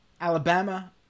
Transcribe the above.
Alabama